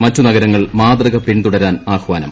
മറ്റു നഗരങ്ങൾ മാതൃക പിന്തുടരാൻ ആഹ്വാനം